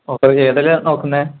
offer ഏതിലാണ് നോക്കുന്നത്